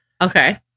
Okay